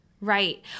Right